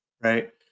right